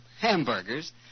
hamburgers